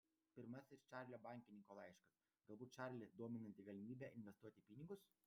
pirmasis čarlio bankininko laiškas galbūt čarlį dominanti galimybė investuoti pinigus